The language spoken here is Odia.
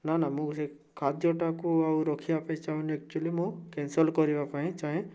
ନା ନା ମୁଁ ସେ ଖାଦ୍ୟଟାକୁ ଆଉ ରଖିବା ପାଇଁ ଚାଁହୁନି ଏକ୍ଚୁଆଲି ମୁଁ କ୍ୟାନସେଲ୍ କରିବାପାଇଁ ଚାହେଁ